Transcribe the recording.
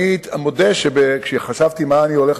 אני מודה שכאשר חשבתי על מה אני הולך